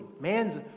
Man's